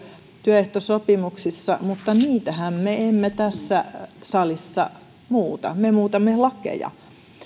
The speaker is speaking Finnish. työehtosopimuksissa mutta niitähän me emme tässä salissa muuta me muutamme lakeja